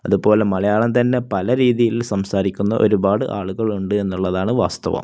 അതുപോലെ മലയാളം തന്നെ പല രീതിയിൽ സംസാരിക്കുന്ന ഒരുപാട് ആളുകളുണ്ട് എന്നുള്ളതാണു വാസ്തവം